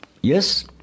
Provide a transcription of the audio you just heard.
Yes